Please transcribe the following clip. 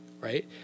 right